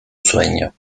sueño